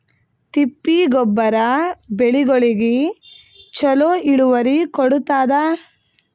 ತಿಪ್ಪಿ ಗೊಬ್ಬರ ಬೆಳಿಗೋಳಿಗಿ ಚಲೋ ಇಳುವರಿ ಕೊಡತಾದ?